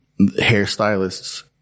hairstylists